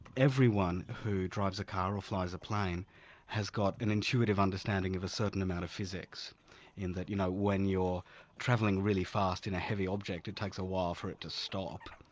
everyone who drives a car or flies a plane has got an intuitive understanding of a certain amount of physics in that you know when you're travelling really fast in a heavy object, it takes a while for it to stop.